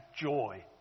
joy